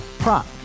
Prop